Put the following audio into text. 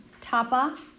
Tapa